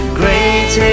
great